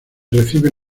recibe